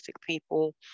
people